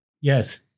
Yes